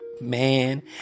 Man